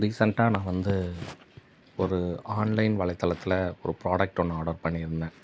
ரீசெண்ட்டாக நான் வந்து ஒரு ஆன்லைன் வலைத்தளத்தில் ஒரு ப்ராடக்ட் ஒன்று ஆர்டர் பண்ணியிருந்தேன்